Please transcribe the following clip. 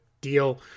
deal